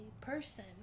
person